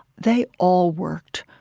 they all worked.